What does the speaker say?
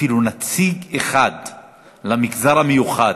אפילו נציג אחד למגזר המיוחד,